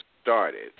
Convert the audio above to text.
started